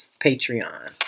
Patreon